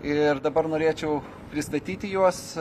ir dabar norėčiau pristatyti juos